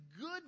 good